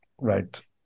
Right